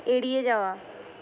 এড়িয়ে যাওয়া